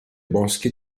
boschi